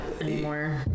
anymore